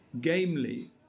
gamely